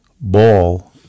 ball